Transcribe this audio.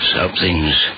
Something's